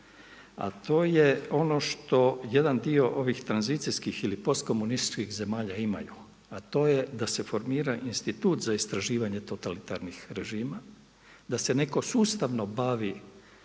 a to je ono što, jedan dio ovih tranzicijskih ili postkomunističkih zemalja imaju a to je da se formira institut za istraživanje totalitarnih režima, da se netko sustavno bavi